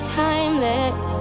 timeless